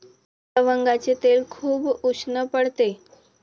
लवंगाचे तेल खूप उष्ण पडते